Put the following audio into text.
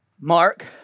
Mark